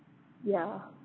ya